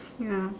ya